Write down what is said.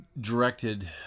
directed